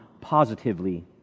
positively